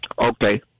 Okay